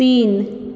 तीन